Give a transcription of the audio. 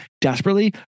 desperately